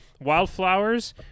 wildflowers